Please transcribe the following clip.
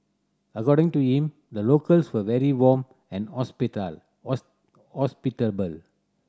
according to him the locals were very warm and hospitable